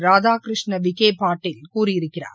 ராதாகிருஷ்ண விகே பாட்டல் கூறியிருக்கிறார்